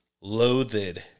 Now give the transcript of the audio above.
loathed